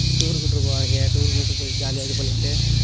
tour கூட்டி போவாங்க tour கூட்டி போய் ஜாலியாக இது பண்ணிக்கிட்டு